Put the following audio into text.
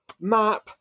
map